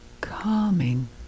calming